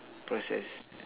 processed